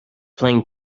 playing